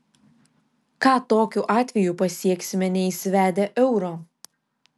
ką tokiu atveju pasieksime neįsivedę euro